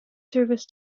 service